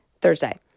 Thursday